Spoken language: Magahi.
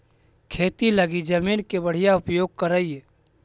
खेती लगी जमीन के बढ़ियां उपयोग करऽ